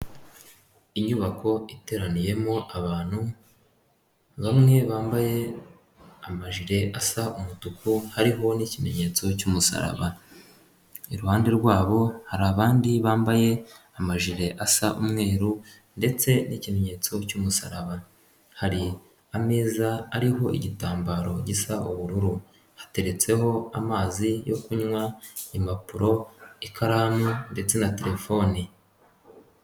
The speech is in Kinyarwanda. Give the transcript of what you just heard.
Inyubako iteraniyemo abantu, bamwe bambaye amajire asa umutuku hariho n'ikimenyetso cy'umusaraba, iruhande rwabo hari abandi bambaye amajire asa umweru ndetse n'ikimenyetso cy'umusaraba, hari ameza ariho igitambaro gisa ubururu hateretseho amazi yo kunywa, impapuro, ikaramu ndetse na telefone.